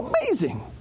Amazing